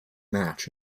match